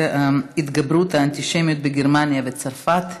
הצעה דחופה לסדר-היום בנושא: התגברות האנטישמיות בצרפת ובגרמניה,